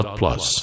plus